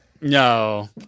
No